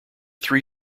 three